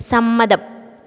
സമ്മതം